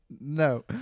No